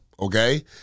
Okay